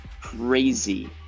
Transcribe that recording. crazy